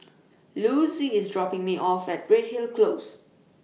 Louise IS dropping Me off At Redhill Close